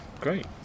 Great